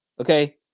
Okay